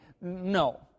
no